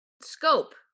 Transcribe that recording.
scope